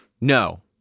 No